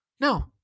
no